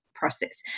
process